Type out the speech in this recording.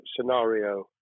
scenario